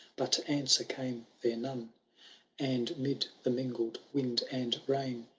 but answer came there none and mid the mingled wind and rain.